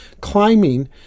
climbing